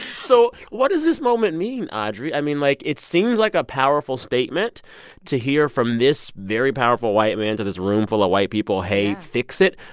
so what does this moment mean, audrey? i mean, like, it seems like a powerful statement to hear from this very powerful white man to this room full of white people, hey, fix it.